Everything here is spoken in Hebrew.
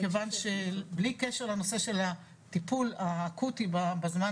מכיוון שבלי קשר לנושא של הטיפול האקוטי בזמן